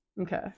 Okay